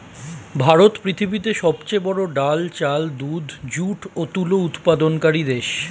ভারত পৃথিবীতে সবচেয়ে বড়ো ডাল, চাল, দুধ, যুট ও তুলো উৎপাদনকারী দেশ